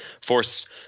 force